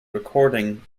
recording